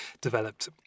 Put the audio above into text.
developed